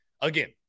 Again